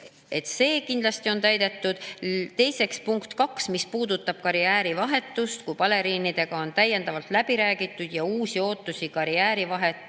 see kindlasti on täidetud. Teiseks, punkt 2, mis puudutab karjäärivahetust. Baleriinidega on täiendavalt läbi räägitud ja uusi ootusi karjäärivahetuseks